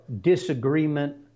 disagreement